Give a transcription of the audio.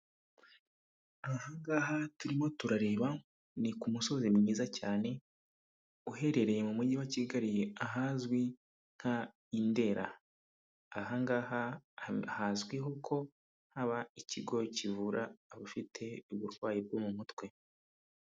Aha ngaha turimo turareba ni ku musozi mwiza cyane uherereye mu mujyi wa Kigali, ahazwi nk'i Ndera aha ngaha hazwiho ko haba ikigo kivura abafite uburwayi bwo mu mutwe.